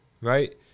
right